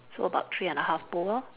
so about three and a half bowl lor mm